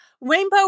Rainbow